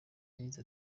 yagize